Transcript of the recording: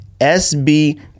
SB